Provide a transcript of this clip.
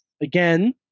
again